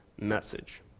message